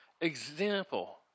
example